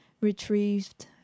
retrieved